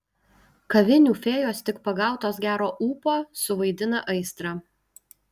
kavinių fėjos tik pagautos gero ūpo suvaidina aistrą